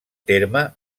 terme